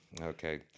okay